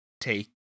take